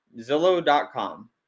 Zillow.com